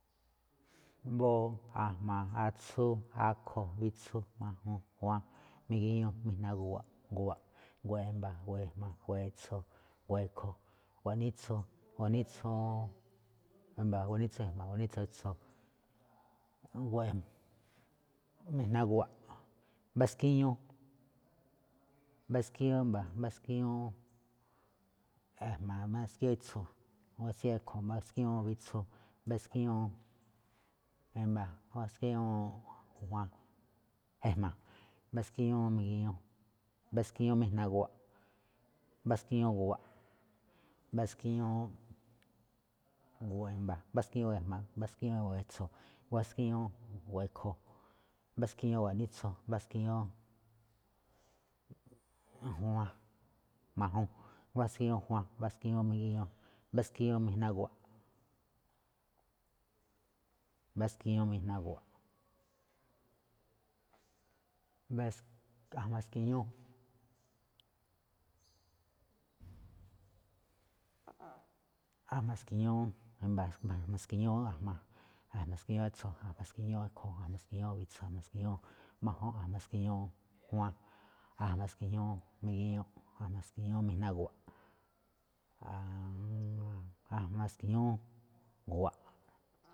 Mbóó, a̱jma̱, atsú, akho̱, witsu, majuun, juaan, migiñu, mijna̱ gu̱wa̱ꞌ, gu̱wa̱ꞌ, gu̱wa̱ꞌ e̱mba̱, gu̱wa̱ꞌ e̱jma̱, gu̱wa̱ꞌ e̱tso̱, gu̱wa̱ꞌ e̱kho̱, gu̱wa̱ꞌ nítsu, gu̱wa̱ꞌ nítsu e̱mba̱, gu̱wa̱ꞌ nítsu e̱jma̱, gu̱wa̱ꞌ nítsu e̱tso̱, mijna gu̱wa̱ꞌ, mbá skíñú, mbá skíñú e̱mba̱, mbá skíñú e̱jma̱, mbá skíñú e̱tso̱, mbá skíñú e̱kho̱, mbá skíñú witsu, mbá skíñú e̱mba̱, mbá skíñú juaan, mbá skíñú e̱jma̱, mbá skíñú migiñuu, mbá skíñú mijna gu̱wa̱ꞌ, mbá skíñú gu̱wa̱ꞌ, mbá skíñú gu̱wa̱ꞌ e̱mba̱, mbá skíñú gu̱wa̱ꞌ e̱tso̱, mbá skíñú gu̱wa̱ꞌ e̱kho̱, mbá skíñú gu̱wa̱ꞌ nítsu, mbá skíñú gu̱wa̱ꞌ juaan, majuun, mbá skíñú gu̱wa̱ꞌ juaan, mbá skíñú gu̱wa̱ꞌ migiñuu, mbá skíñú mijna gu̱wa̱ꞌ, mbá skíñú mijna gu̱wa̱ꞌ, a̱jma̱ ski̱ñú, a̱jma̱ ski̱ñú e̱mba̱, a̱jma̱ ski̱ñú e̱jma̱, a̱jma̱ ski̱ñú e̱kho̱, a̱jma̱ ski̱ñú witsu, a̱jma̱ ski̱ñú majuun, a̱jma̱ ski̱ñú juaan, a̱jma̱ ski̱ñú migiñuu, a̱jma̱ ski̱ñú mijna gu̱wa̱ꞌ, a̱jma̱ ski̱ñú gu̱wa̱ꞌ.